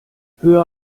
höher